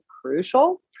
crucial